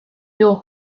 you